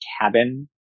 cabin